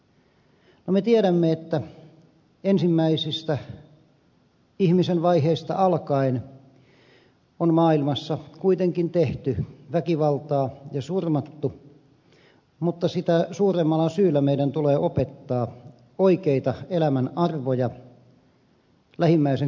me tiedämme että ensimmäisistä ihmisen vaiheista alkaen on maailmassa kuitenkin tehty väkivaltaa ja surmattu mutta sitä suuremmalla syyllä meidän tulee opettaa oikeita elämänarvoja lähimmäisen kunnioittamista